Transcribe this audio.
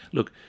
Look